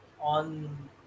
on